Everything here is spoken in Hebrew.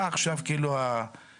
מה עכשיו הדחיפות